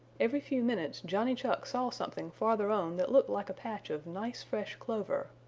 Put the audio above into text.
every few minutes johnny chuck saw something farther on that looked like a patch of nice fresh clover.